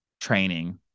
training